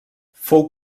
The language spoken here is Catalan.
fou